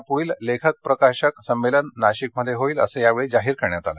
यापुढचं लेखक प्रकाशक संमेलन नाशिकमध्ये होईल अस यावेळी जाहीर करण्यात आलं